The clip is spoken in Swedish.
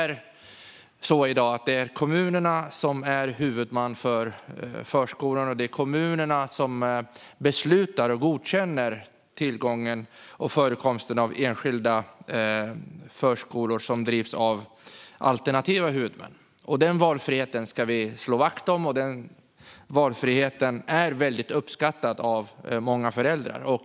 I dag är det kommunerna som är huvudman för förskolorna, och det är kommunerna som beslutar om och godkänner enskilda förskolor som drivs av alternativa huvudmän. Den valfriheten ska vi slå vakt om. Den är väldigt uppskattad av många föräldrar.